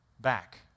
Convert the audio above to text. back